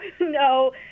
no